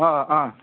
ꯑꯥ ꯑꯥ